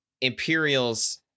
Imperials